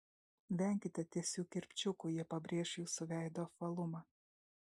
venkite tiesių kirpčiukų jie pabrėš jūsų veido apvalumą